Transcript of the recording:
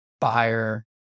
buyer